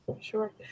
Sure